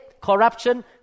corruption